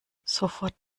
sofort